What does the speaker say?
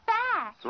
back